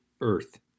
earth